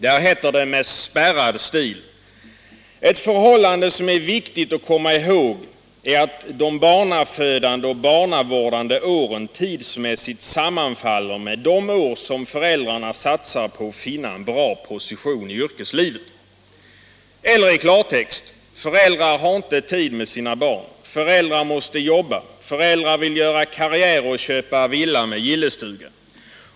Där heter det med spärrad stil: ”Ett förhållande som är viktigt att komma ihåg är att de barnafödande och barnavårdande åren tidsmässigt sammanfaller med de år som föräldrarna satsar på att finna en bra position i yrkeslivet.” Eller i klartext: Föräldrar har inte tid med sina barn. Föräldrar måste jobba. Föräldrar vill göra karriär och köpa villa med gillestuga.